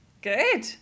Good